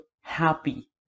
happy